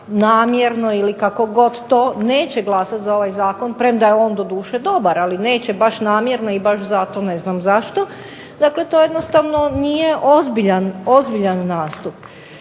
namjerno ili kako god to neće glasati za ovaj zakon, premda je on doduše dobar, ali neće baš namjerno i baš zato, ne znam zašto, dakle to jednostavno nije ozbiljan nastup.